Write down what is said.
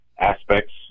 aspects